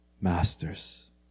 masters